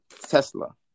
Tesla